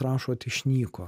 rašot išnyko